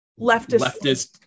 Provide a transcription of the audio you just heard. leftist